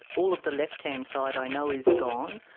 all of the left-hand side i know is gone,